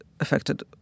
affected